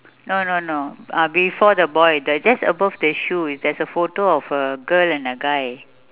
no no no uh before the boy the just above the shoe there is a photo of a girl and a guy